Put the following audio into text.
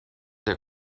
der